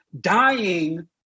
dying